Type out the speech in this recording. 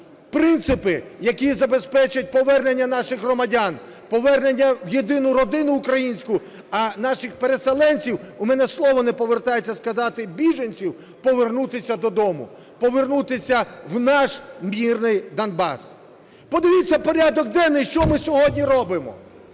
принципи, які забезпечать повернення наших громадян, повернення в єдину родину українську, а наших переселенців, у мене слово не повертається сказати "біженців", повернутися додому, повернутися в наш мирний Донбас. Подивіться порядок денний, що ми сьогодні робимо.